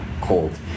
cold